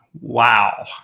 Wow